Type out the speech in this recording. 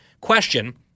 question